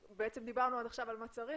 בעצם דיברנו עד עכשיו מה צריך,